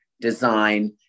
design